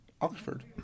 Oxford